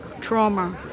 trauma